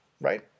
right